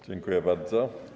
Dziękuję bardzo.